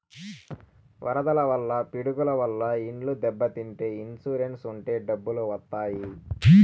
వరదల వల్ల పిడుగుల వల్ల ఇండ్లు దెబ్బతింటే ఇన్సూరెన్స్ ఉంటే డబ్బులు వత్తాయి